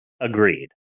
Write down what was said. Agreed